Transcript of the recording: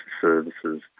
services